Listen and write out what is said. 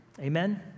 Amen